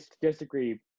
disagree